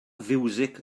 fiwsig